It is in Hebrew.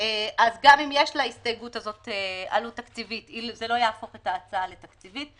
אז גם אם יש להסתייגות הזו עלות תקציבית זה לא יהפוך את ההצעה לתקציבית.